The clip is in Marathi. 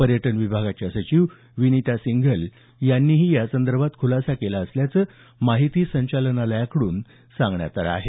पर्यटन विभागाच्या सचिव विनीता सिंघल यांनीही यासंदर्भात खुलासा केला असल्याचं माहिती संचालनालयाकडून सांगण्यात आलं आहे